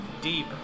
deep